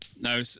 No